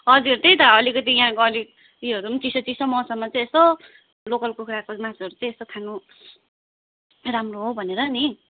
हजुर त्यही त अलिकति यहाँको अलिक उयोहरू पनि चिसो चिसो मौसममा चाहिँ यसो लोकल कुखुराको मासुहरू चाहिँ यसो खानु राम्रो हो भनेर नि